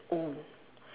own